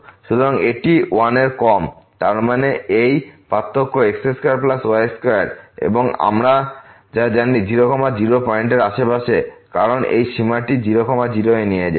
সুতরাং এটি 1 এর সমান কম তার মানে এই পার্থক্য সমান x2y2 এর এবং আমরা যা জানি এই 0 0 পয়েন্টের আশেপাশে কারণ এই সীমাটি 0 0 এ নিয়ে যাওয়া